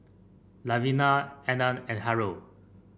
Levina Arlan and Harrold